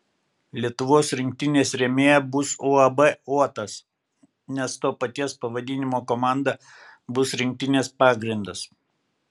lietuvos rinktinės rėmėja bus uab uotas nes to paties pavadinimo komanda bus rinktinės pagrindas